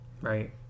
Right